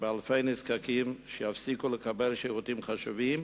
באלפי נזקקים שיפסיקו לקבל שירותים חשובים,